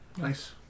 Nice